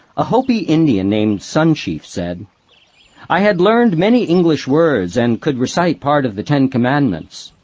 a hopi indian named sun chief said i had learned many english words and could recite part of the ten commandments.